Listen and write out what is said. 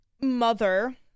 mother